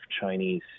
Chinese